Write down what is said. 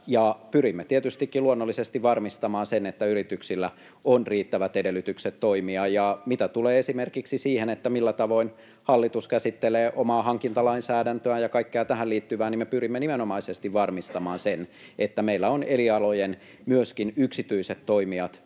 pyrimme tietystikin luonnollisesti varmistamaan sen, että yrityksillä on riittävät edellytykset toimia. Mitä tulee esimerkiksi siihen, millä tavoin hallitus käsittelee omaa hankintalainsäädäntöään ja kaikkea tähän liittyvää, niin me pyrimme nimenomaisesti varmistamaan sen, että meillä on myöskin eri alojen yksityiset toimijat